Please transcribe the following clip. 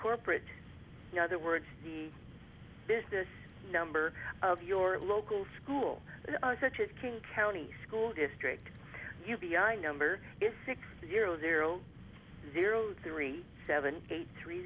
corporate other words the business number of your local school such as king county school district u b i number is six zero zero zero three seven eight three